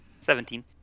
seventeen